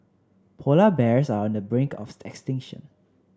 polar bears are on the brink of extinction